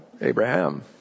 abraham